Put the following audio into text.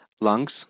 lungs